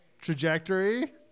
trajectory